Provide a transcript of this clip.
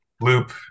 loop